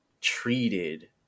treated